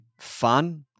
fun